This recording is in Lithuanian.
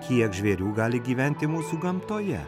kiek žvėrių gali gyventi mūsų gamtoje